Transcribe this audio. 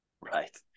Right